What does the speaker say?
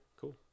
Cool